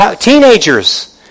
Teenagers